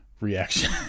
reaction